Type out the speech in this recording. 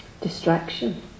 Distraction